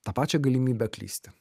tą pačią galimybę klysti